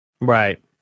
Right